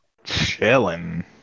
chilling